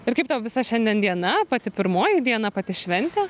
ir kaip tau visa šiandien diena pati pirmoji diena pati šventė